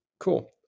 Cool